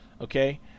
Okay